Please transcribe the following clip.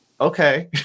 Okay